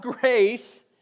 grace